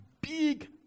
big